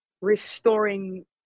restoring